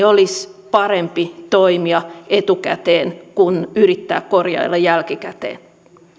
olisi parempi toimia etukäteen kuin yrittää korjailla jälkikäteen